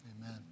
amen